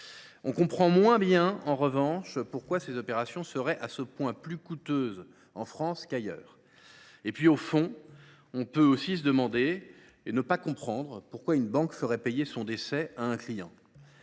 On comprend moins bien, en revanche, pourquoi ces opérations seraient à ce point plus coûteuses en France qu’ailleurs. On peut aussi se demander, et ne pas comprendre, pourquoi une banque ferait payer son décès à un client.